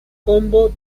combo